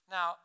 Now